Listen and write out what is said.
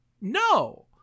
no